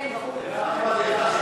כן, ברור.